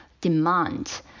demand